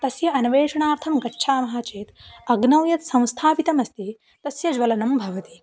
तस्य अन्वेषणार्थं गच्छामः चेत् अग्नौ यत् संस्थापितमस्ति तस्य ज्वलनं भवति